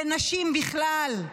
לנשים בכלל,